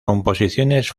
composiciones